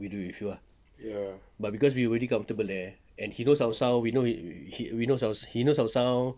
we do it with you ah but because we already comfortable eh and he knows our sounds we know we he knows our sounds